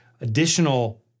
additional